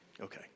Okay